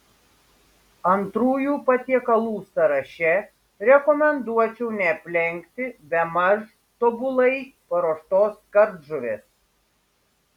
antrųjų patiekalų sąraše rekomenduočiau neaplenkti bemaž tobulai paruoštos kardžuvės